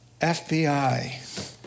FBI